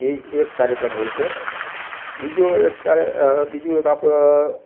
એ એક કાર્યક્રમ હોય છે બીજો એક બીજું એક આપણે